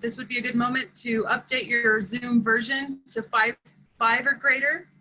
this would be a good moment to update your your zoom version to five five or greater.